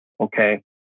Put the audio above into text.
okay